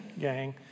gang